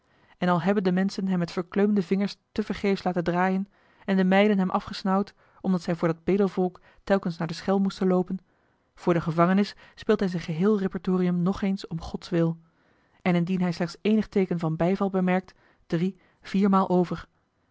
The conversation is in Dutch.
en al hebben de menschen hem met verkleumde vingers te vergeefs laten draaien en de meiden hem afgesnauwd omdat zij voor dat bedelvolk telkens naar de schel moesten loopen voor de gevangenis speelt hij zijn geheel repertorium nog eens om godswil en indien hij slechts eenig teeken van bijval bemerkt drie viermaal over